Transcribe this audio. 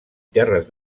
terres